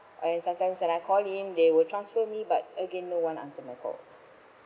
I sometimes when I call in they will transfer me but again no one answer my call